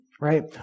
Right